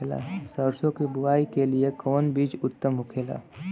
सरसो के बुआई के लिए कवन बिज उत्तम होखेला?